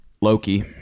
Loki